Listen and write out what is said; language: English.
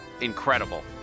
incredible